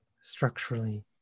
structurally